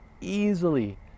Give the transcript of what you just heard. easily